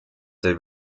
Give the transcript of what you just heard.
tõi